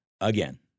again